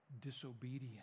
disobedience